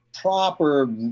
proper